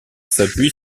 s’appuie